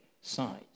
sides